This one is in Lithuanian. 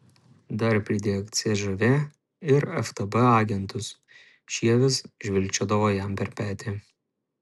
dar pridėk cžv ir ftb agentus šie vis žvilgčiodavo jam per petį